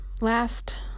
last